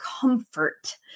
comfort